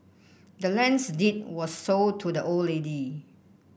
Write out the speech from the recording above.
the land's deed was sold to the old lady